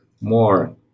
more